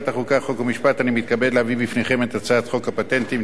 אני מתכבד להביא בפניכם את הצעת חוק הפטנטים (תיקון מס' 10),